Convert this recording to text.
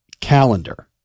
calendar